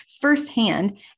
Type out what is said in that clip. firsthand